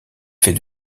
fait